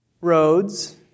roads